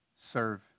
serve